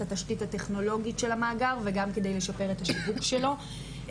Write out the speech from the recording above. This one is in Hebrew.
התשתית הטכנולוגית של המאגר וגם כדי לשפר את השיווק שלו.